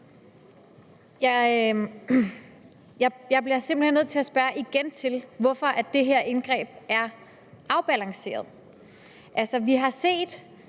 hen igen nødt til at spørge til, hvorfor det her indgreb er afbalanceret.